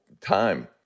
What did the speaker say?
time